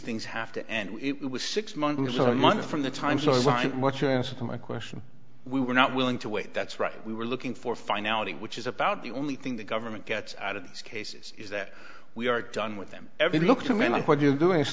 things have to end it was six months or a month from the time so what your answer to my question we were not willing to wait that's right we were looking for finality which is about the only thing the government gets out of this case is that we are done with them every look to me like what you are doing i